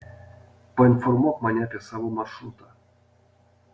painformuok mane apie savo maršrutą